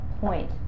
point